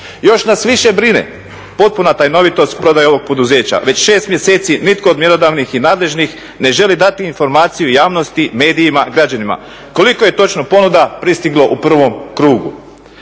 Još nas više brine potpuna tajnovitost ovog poduzeća. Već 6 mjeseci nitko od mjerodavnih i nadležnih ne želi dati informaciju javnosti, medijima, građanima koliko je točno ponuda pristiglo u prvom krugu.